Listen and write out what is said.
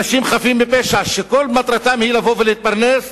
אנשים חפים מפשע שכל מטרתם היא להתפרנס,